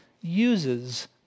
uses